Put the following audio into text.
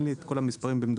אין לי את כל המספרים במדויק.